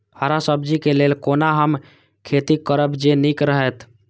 हरा सब्जी के लेल कोना हम खेती करब जे नीक रहैत?